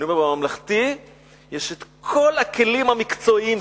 אני אומר: בממלכתי יש כל הכלים המקצועיים.